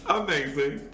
amazing